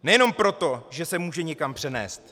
Nejenom proto, že se může někam přenést.